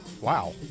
Wow